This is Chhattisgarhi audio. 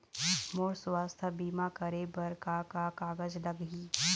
मोर स्वस्थ बीमा करे बर का का कागज लगही?